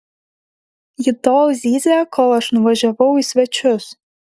ji tol zyzė kol aš nuvažiavau į svečius